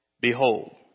Behold